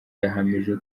yahamije